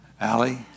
Allie